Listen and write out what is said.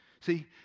See